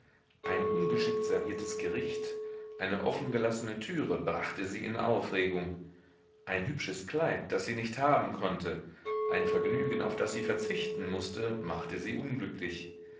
ein ungeschickt serviertes gericht eine offengelassene türe brachte sie in aufregung ein hübsches kleid das sie nicht haben konnte ein vergnügen auf das sie verzichten mußte machte sie unglücklich